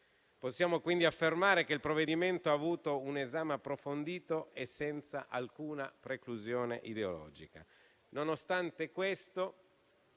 Possiamo quindi affermare che il provvedimento ha avuto un esame approfondito e senza alcuna preclusione ideologica.